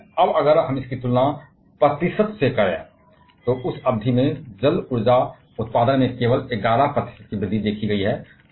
लेकिन अब अगर हम इसकी तुलना प्रतिशत से करें तो इस अवधि में जल ऊर्जा उत्पादन में केवल 11 प्रतिशत की वृद्धि देखी गई है